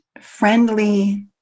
friendly